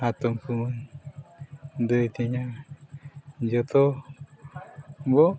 ᱦᱟᱛᱚᱢᱼᱠᱩᱢᱟᱹᱝ ᱫᱟᱹᱭᱼᱛᱮᱧᱟᱝ ᱡᱚᱛᱚ ᱵᱚᱱ